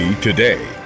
today